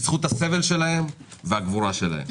הסבל שלהם והגבורה שלהם.